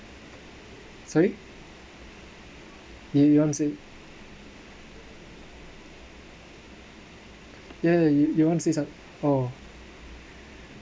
sorry you you wanna say yeah you want to say some~ oh